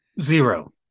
zero